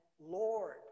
Lord